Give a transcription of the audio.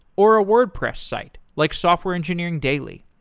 or a wordpress site, like software engineering daily.